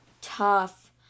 tough